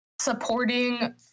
supporting